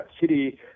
city